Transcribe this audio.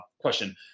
question